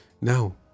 now